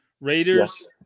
Raiders